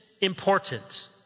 important